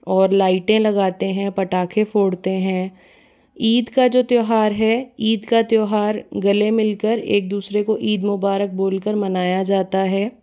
और लाइटें लगाते हैं पटाखे फोड़ते हैं ईद का जो त्योहार है ईद का त्योहार गले मिलकर एक दूसरे को ईद मुबारक बोलकर मनाया जाता है